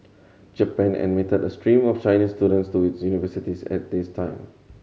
Japan admitted a stream of Chinese students to its universities at this time